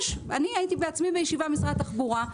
אני הייתי בעצמי בישיבה במשרד התחבורה,